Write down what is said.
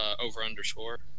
over-underscore